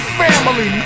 family